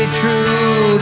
true